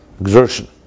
exertion